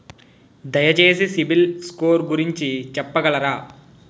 దయచేసి సిబిల్ స్కోర్ గురించి చెప్పగలరా?